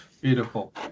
Beautiful